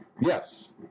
Yes